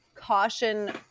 caution